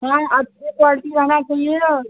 हाँ अच्छे क्वालटी रहना चाहिए और